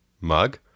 mug